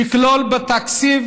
לכלול בתקציב